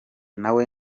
nawe